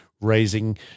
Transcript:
raising